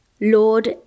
Lord